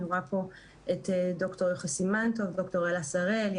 אני רואה פה את ד"ר יוכי סימן טוב, יעל שחר.